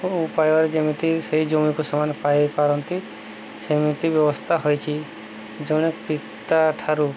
ଉପାୟରେ ଯେମିତି ସେଇ ଜମିକୁ ସେମାନେ ପାଇପାରନ୍ତି ସେମିତି ବ୍ୟବସ୍ଥା ହୋଇଛି ଜଣେ ପିତା ଠାରୁ